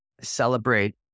Celebrate